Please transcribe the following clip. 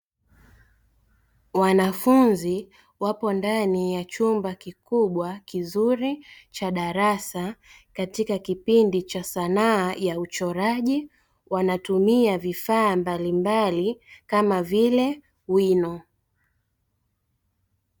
Wanafunzi wapo ndani ya chumba kikubwa kizuri cha darasa katika kipindi cha sanaa ya uchoraji, wanatumia vifaa mbalimbali kama vile wino.